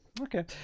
okay